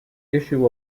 issue